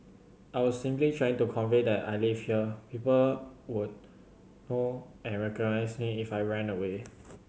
I was simply trying to convey that I lived here people would know and recognize me if I ran away